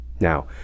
Now